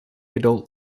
adult